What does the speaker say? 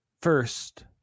First